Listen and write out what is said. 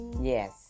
Yes